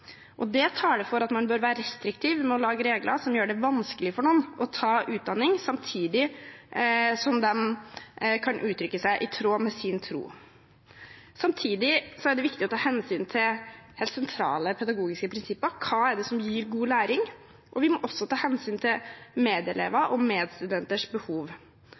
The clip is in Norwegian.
Det taler for at man bør være restriktiv med å lage regler som gjør det vanskelig for noen å ta utdanning samtidig som de kan uttrykke seg i tråd med sin tro. Samtidig er det viktig å ta hensyn til helt sentrale pedagogiske prinsipper, hva det er som gir god læring, og vi må også ta hensyn til medelevers og medstudenters behov.